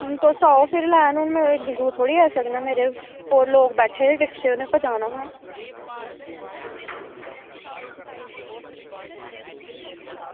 तुस आओ फिर लैना होना एड्डी दूर थोह्ड़े आई सकदे मेरे लोक बैठे दे रिक्शे उप्पर पुजाना में